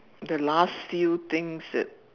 the last few things that